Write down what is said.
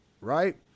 Right